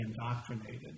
indoctrinated